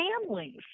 families